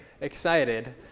excited